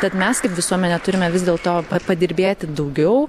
kad mes kaip visuomenė turime vis dėl to padirbėti daugiau